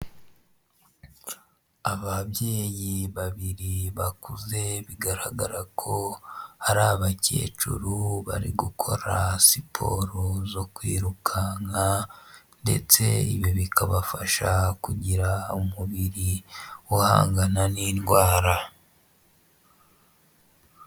Ababyeyi babiri bakuze bigaragara ko ari abakecuru bari gukora siporo zo kwirukanka ndetse ibi bikabafasha kugira umubiri uhangana n'indwara.